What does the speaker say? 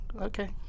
Okay